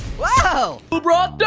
whoa. who brought